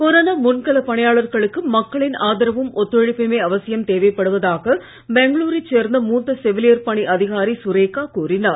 corona முன்களப் பணியாளர்களுக்கு மக்களின் ஆதரவும் ஒத்துழைப்புமே அவசியம் தேவைப்படுவதாக பெங்களூரைச் சேர்ந்த மூத்த செவிலியர் பணி அதிகாரி சுரேகா கூறினார்